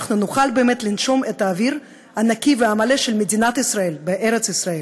אנחנו נוכל באמת לנשום את האוויר הנקי והמלא של מדינת ישראל בארץ ישראל,